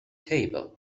table